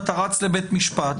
אתה רץ לבית משפט.